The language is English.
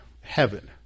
heaven